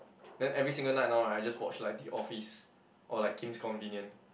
then every single night now right I just watched like the Office or like Kim's Convenient